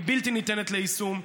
היא בלתי ניתנת ליישום.